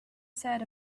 said